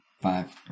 five